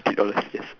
thirty dollars yes